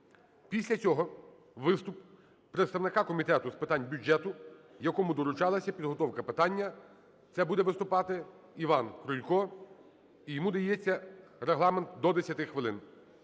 Після цього – виступ представника Комітету з питань бюджету, якому доручалася підготовка питання. Це буде виступати Іван Крулько, і йому дається регламент до 10 хвилин.